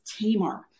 Tamar